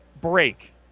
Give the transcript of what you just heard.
break